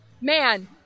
man